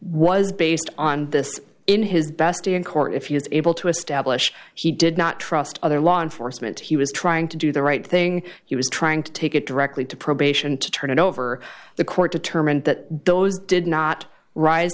was based on this in his best day in court if he is able to establish he did not trust other law enforcement he was trying to do the right thing he was trying to take it directly to probation to turn it over the court determined that those did not rise